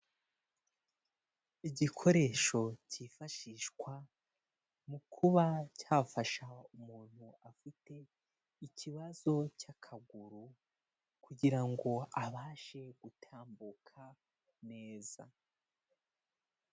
Igikoresho cyifashishwa mu kuba cyafasha umuntu afite ikibazo cy'akaguru, kugira ngo abashe gutambuka neza.